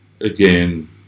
Again